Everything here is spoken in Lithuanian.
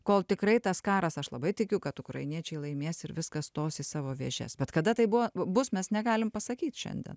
kol tikrai tas karas aš labai tikiu kad ukrainiečiai laimės ir viskas stos į savo vėžes bet kada tai buvo bus mes negalim pasakyt šiandien